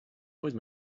always